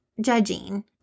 judging